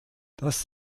das